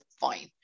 fine